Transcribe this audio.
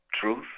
truth